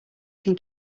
can